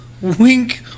Wink